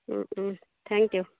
thank you